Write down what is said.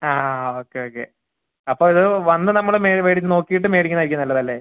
ആ ആ okay okay അപ്പം ഇത് വന്ന് നമ്മൾ മേ മേടിച്ച് നോക്കിയിട്ട് മേടിക്കുന്നതായിരിക്കും നല്ലതല്ലേ